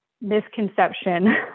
misconception